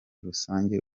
rusange